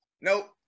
nope